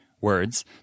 words